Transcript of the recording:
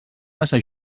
massa